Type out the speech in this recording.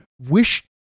wish